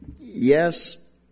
Yes